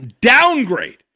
downgrade